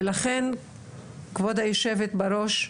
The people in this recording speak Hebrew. ולכן כבוד יושבת הראש,